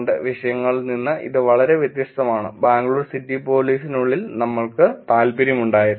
2 വിഷയങ്ങളിൽ നിന്ന് ഇത് വളരെ വ്യത്യസ്തമാണ് ബാംഗ്ലൂർ സിറ്റി പോലീസിനുള്ളിൽ നമ്മൾക്ക് താൽപ്പര്യമുണ്ടായിരുന്നു